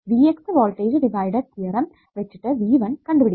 V x voltage divided theorem വെച്ചിട്ട് v1 കണ്ടുപിടിക്കുക